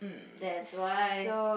that's why